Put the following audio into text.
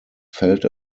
felt